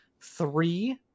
three